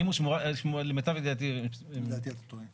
לדעתי אתה טועה.